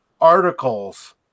articles